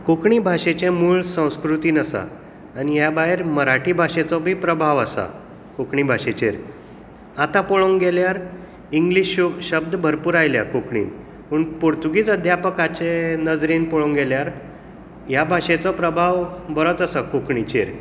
कोंकणी भाशेचें मूळ संस्कृतीन आसा आनी ह्या भायर मराठी भाशेचो बी प्रभाव आसा कोंकणी भाशेचेर आतां पळोवंक गेल्यार इंग्लीश हो शब्द भरपूर आयल्यात कोंकणीन पूण पोर्तुगीज अध्यापकाचे नजरेन पळोवंक गेल्यार ह्या भाशेचो प्रभाव बरोच आसा कोंकणीचेर